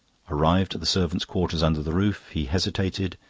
arrived at the servants' quarters under the roof, he hesitated,